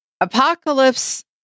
Apocalypse